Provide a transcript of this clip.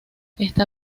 está